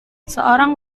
seorang